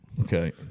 Okay